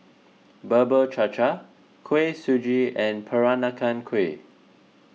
Bubur Cha Cha Kuih Suji and Peranakan Kueh